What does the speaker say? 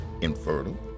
infertile